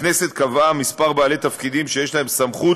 הכנסת קבעה כמה בעלי תפקידים שיש להם סמכות